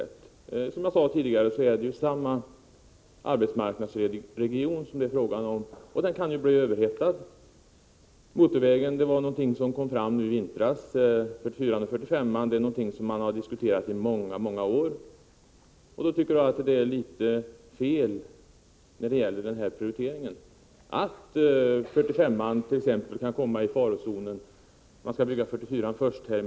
Som jag sade tidigare är det fråga om samma arbetsmarknadsregion, och den kan ju bli överhettad. Motorvägsprojektet kom fram nu i vintras. Vägarna 44 och 45 har man däremot diskuterat i många år. Jag tycker att det är en litet felaktig prioritering, om t.ex. väg 45 kan komma i farozonen — det är meningen att man skall bygga väg 44 först.